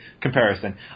comparison